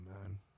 man